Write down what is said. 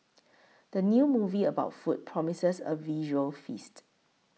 the new movie about food promises a visual feast